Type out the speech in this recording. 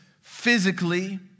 physically